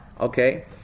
okay